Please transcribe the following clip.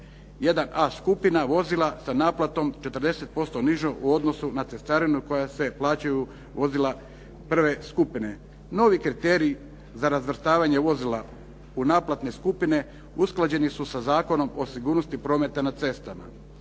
1A skupina, vozila sa naplatom 40% nižoj u odnosu na cestarinu koja se plaćaju vozila prve skupine. Novi kriterij za razvrstavanje vozila u naplatne skupine usklađeni su sa Zakonom o sigurnosti prometa na cestama.